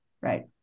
Right